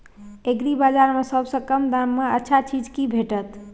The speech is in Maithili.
एग्रीबाजार में सबसे कम दाम में अच्छा चीज की भेटत?